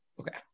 Okay